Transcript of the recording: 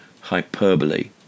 hyperbole